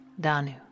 Danu